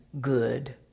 good